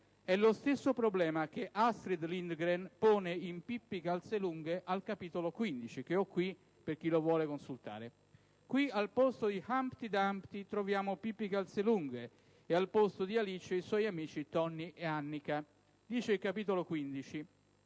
È lo stesso problema che Astrid Lindgren pone in «Pippi Calzelunghe», al capitolo 15 (che ho qui, per chi lo vuole consultare). Qui, al posto di Humpty Dumpty, troviamo Pippi Calzelunghe e, al posto di Alice, i suoi amici Tommy e Annika. Al capitolo 15